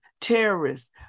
terrorists